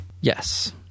Yes